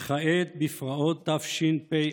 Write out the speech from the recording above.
וכעת, בפרעות תשפ"א: